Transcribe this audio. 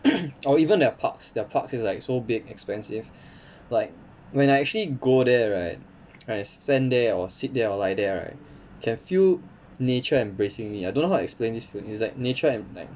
or even their parks their parks is like so big extensive like when I actually go there right I stand there or sit there or lie there right can feel nature embracing me I don't know how to explain this feeling is like nature like